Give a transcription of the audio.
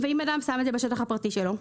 ואם אדם שם את זה בשטח הפרטי שלו?